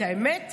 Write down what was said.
את האמת,